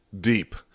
deep